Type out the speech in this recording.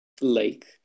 Lake